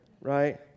right